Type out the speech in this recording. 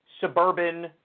suburban